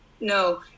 No